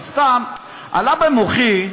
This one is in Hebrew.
אבל סתם, עלה במוחי,